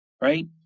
right